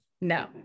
No